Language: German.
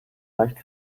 leicht